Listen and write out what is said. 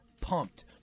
pumped